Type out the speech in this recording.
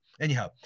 Anyhow